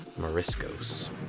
Moriscos